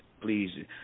Please